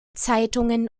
zeitungen